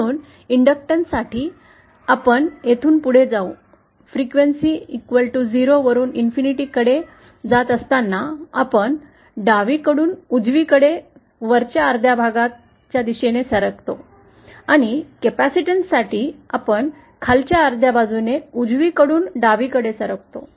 म्हणून इंडक्शनन्स साठी आपण येथून पुढे जाऊ वारंवारता 0 वरून ∞ कडे जात असताना आम्ही डावीकडून उजवीकडे वरच्या अर्ध्या भागाच्या दिशेने सरकतो आणि कॅपेसिटन्ससाठी आपण खालच्या अर्ध्या बाजूने उजवी कडून डावीकडे सरकतो